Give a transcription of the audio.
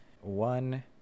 One